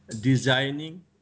Designing